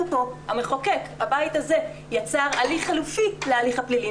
המחוקק, הבית הזה, יצר הליך חלופי להליך הפלילי.